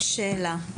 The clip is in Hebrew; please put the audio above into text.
יש לי שאלה.